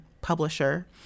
publisher